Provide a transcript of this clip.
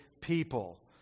people